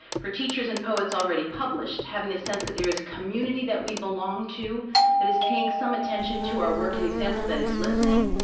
for teachers and poets already published, having a sense that there is a community that we belong to that is paying some attention to our work and example, that is listening,